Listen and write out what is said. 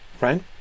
right